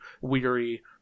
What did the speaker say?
weary